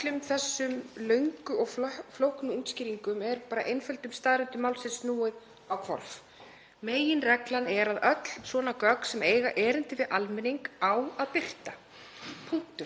þessum löngu og flóknu útskýringum er einföldum staðreyndum málsins snúið á hvolf. Meginreglan er að öll svona gögn sem eiga erindi við almenning á að birta. Punktur.